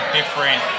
different